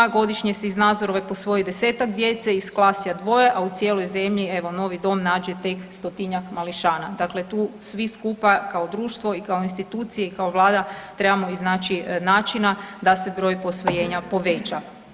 Godišnje se iz Nazorove posvoji 10-tak djece, iz Klasja dvoje, a u cijeloj zemlji evo novi dom nađe tek 100-tinjak mališana.“ Dakle ti svi skupa kao društvo, i kao institucije i kao Vlada trebamo iznaći načina da se broj posvojenja poveća.